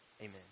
Amen